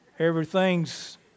everything's